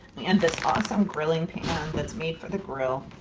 and this awesome grilling pan that's made for the grill.